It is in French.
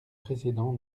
précédent